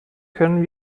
können